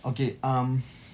okay um